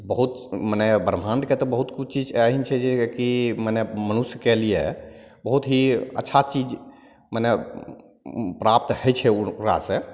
बहुत मने ब्रह्माण्डके तऽ बहुत किछु चीज एहेन छै जे की मने मनुष्यके लिए बहुत ही अच्छा चीज मने प्राप्त होइ छै ओकरासॅं